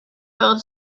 will